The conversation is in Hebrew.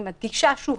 אני מדגישה שוב.